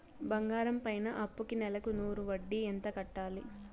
బంగారం పైన అప్పుకి నెలకు నూరు వడ్డీ ఎంత కట్టాలి?